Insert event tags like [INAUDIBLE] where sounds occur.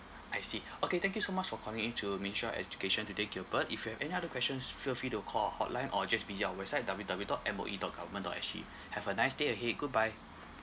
I see okay thank you so much for calling in to minister of education today gilbert if you have any other questions feel free to call our hotline or just visit our website W W dot M O E dot government dot S G [BREATH] have a nice day ahead goodbye